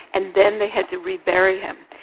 and then they had to rebury him.